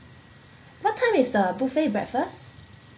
what time is the buffet breakfast